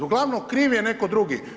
Uglavnom kriv je neko drugi.